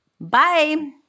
Bye